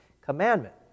commandment